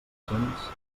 cents